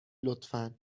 لطفا